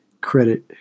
credit